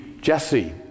Jesse